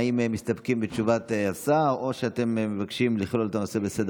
האם אתם מסתפקים בתשובת השר או שאתם מבקשים לכלול את הנושא בסדר-היום?